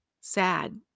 sad